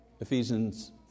Ephesians